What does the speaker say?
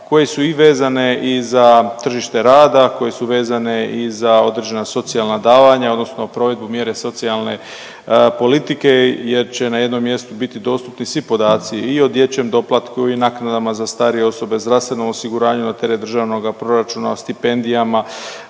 koje su i vezane za tržište rada, koje su vezane i za određena socijalna davanja, odnosno provedbu mjere socijalne politike jer će na jednom mjestu biti dostupni svi podaci i o dječjem doplatku i naknadama za starije osobe, zdravstvenom osiguranju na teret državnoga proračuna, o stipendijama,